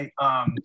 right